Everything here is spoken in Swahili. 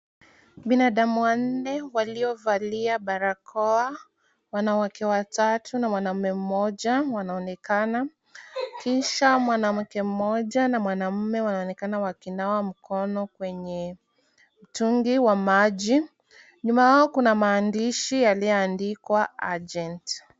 Binadamu wanne waliovalia barakoa. Wanawake watatu na mwaname mmoja wanaonekana, kisha mwanamke mmoja na mwanaume wanaonekana wakinawa mkono kwenye mtungi wa maji. Nyuma yao kuna maandisho yaliyoandikwa urgent .